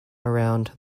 around